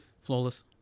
flawless